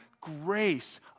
grace